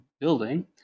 building